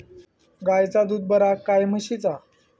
गायचा दूध बरा काय म्हशीचा?